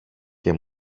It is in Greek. και